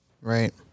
Right